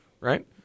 right